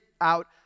out